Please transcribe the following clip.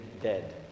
dead